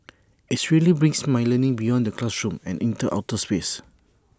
IT really brings my learning beyond the classroom and into outer space